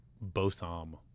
bosom